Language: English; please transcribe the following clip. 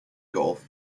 gulf